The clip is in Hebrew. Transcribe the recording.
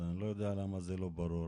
אז אני לא יודע למה זה לא ברור.